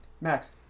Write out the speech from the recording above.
Max